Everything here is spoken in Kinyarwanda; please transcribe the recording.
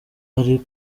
ari